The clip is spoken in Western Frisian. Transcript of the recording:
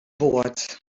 board